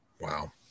wow